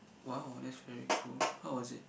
!wow! that's very cool how was it